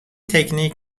تکنیک